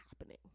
happening